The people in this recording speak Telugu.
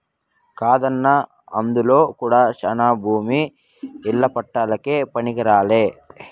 కాదన్నా అందులో కూడా శానా భూమి ఇల్ల పట్టాలకే పనికిరాలే